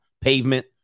pavement